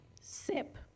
sip